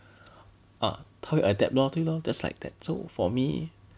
ah 他会 adapt lor 对 lor just like that so for me